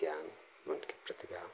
ज्ञान उनके प्रतिभा